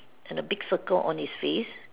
and a big circle on his face